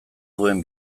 duen